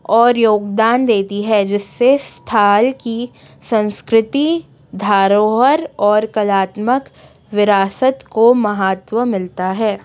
और योगदान देती है जिससे स्थान की सांस्कृतिक धरोहर और कलात्मक विरासत को महत्व मिलता है